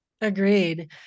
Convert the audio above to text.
Agreed